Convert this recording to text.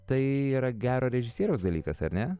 tai yra gero režisieriaus dalykas ar ne